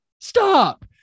Stop